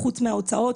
חוץ מההוצאות,